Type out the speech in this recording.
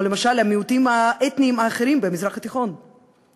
כמו למשל המיעוטים האתניים האחרים במזרח התיכון,